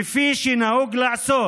כפי שנהוג לעשות